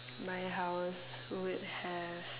my house would have